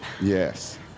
Yes